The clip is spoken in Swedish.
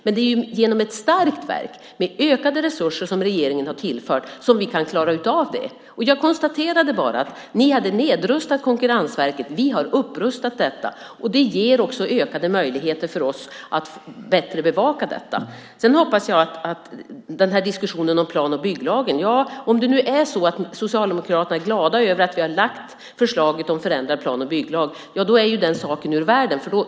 Men det är genom ett starkt verk, med ökade resurser som regeringen har tillfört, som vi kan klara av detta. Jag konstaterade bara att ni hade nedrustat Konkurrensverket. Vi har upprustat det. Det ger också ökade möjligheter för oss att bättre bevaka detta. Om sedan Socialdemokraterna är glada över att vi har lagt fram förslaget om förändrad plan och bygglag är ju den saken ur världen.